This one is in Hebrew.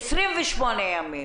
נגיד אחרי 28 ימים